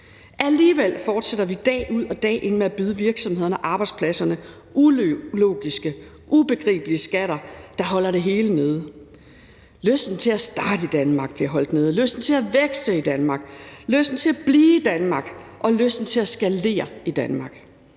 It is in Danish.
Alligevel fortsætter vi dag ud og dag ind med at byde virksomhederne og arbejdspladserne ulogiske og ubegribelige skatter, der holder det hele nede. Lysten til at starte i Danmark bliver holdt nede ligesom lysten til at vækste i Danmark, lysten til at blive i Danmark og lysten til at skalere i Danmark.